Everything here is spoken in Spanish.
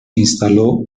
instaló